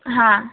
હા